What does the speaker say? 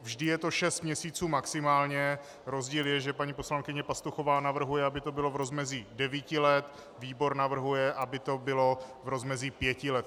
Vždy je to 6 měsíců maximálně, rozdíl je, že paní poslankyně Pastuchová navrhuje, aby to bylo v rozmezí 9 let, výbor navrhuje, aby to bylo v rozmezí 5 let.